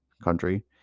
country